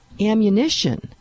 ammunition